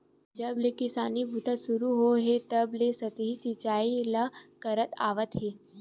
जब ले किसानी बूता सुरू होए हे तब ले सतही सिचई ल करत आवत हे